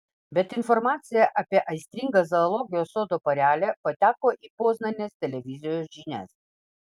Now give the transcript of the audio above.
bet informacija apie aistringą zoologijos sodo porelę pateko į poznanės televizijos žinias